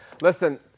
Listen